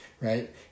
right